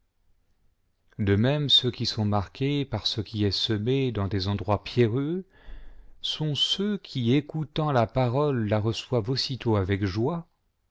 de même ceux qui sont marqués par ce qui est semé dans les endroits pierreux sont ceux qui écoutant la parole la i reçoivent aussitôt avec joie